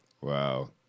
Wow